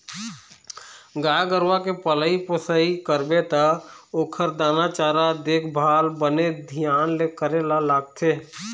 गाय गरूवा के पलई पोसई करबे त ओखर दाना चारा, देखभाल बने धियान ले करे ल लागथे